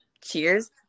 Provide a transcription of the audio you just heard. cheers